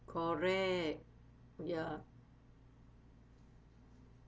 correct ya